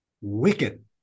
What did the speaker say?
Wicked